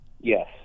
Yes